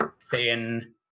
thin